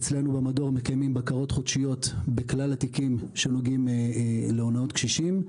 אצלנו במדור מקיימים בקרות חודשיות בכלל התיקים שנוגעים להונאת קשישים.